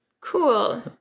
cool